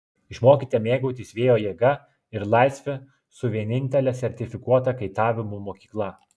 išmokite mėgautis vėjo jėga ir laisve su vienintele sertifikuota kaitavimo mokykla